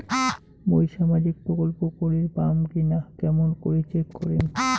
মুই সামাজিক প্রকল্প করির পাম কিনা কেমন করি চেক করিম?